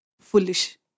foolish